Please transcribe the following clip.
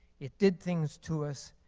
it did things to us,